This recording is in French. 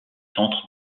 centre